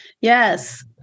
Yes